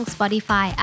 Spotify